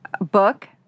book